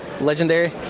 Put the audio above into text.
legendary